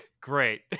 Great